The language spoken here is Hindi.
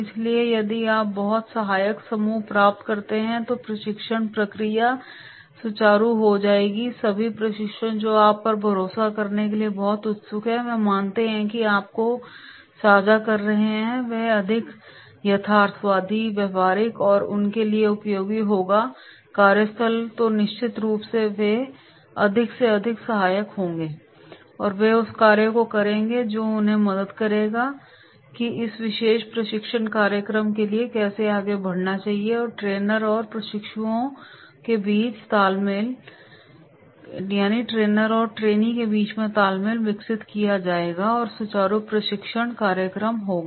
इसलिए यदि आप बहुत सहायक समूह प्राप्त करते हैं तो प्रशिक्षण प्रक्रिया सुचारु हो जाएगी सभी प्रशिक्षु जो आप पर भरोसा करने के लिए बहुत उत्सुक हैं वे मानते हैं कि आप जो साझा कर रहे हैं वह अधिक यथार्थवादी व्यावहारिक है और उनके लिए उपयोगी होगा कार्यस्थल तो निश्चित रूप से वे अधिक से अधिक सहायक होंगे और वे उस कार्य को करेंगे जो उन्हें मदद करेगा कि इस विशेष प्रशिक्षण कार्यक्रम के लिए कैसे आगे बढ़ना है और ट्रेनर और प्रशिक्षुओं के बीच तालमेल विकसित किया जाएगा और सुचारू प्रशिक्षण कार्यक्रम होगा